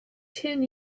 ten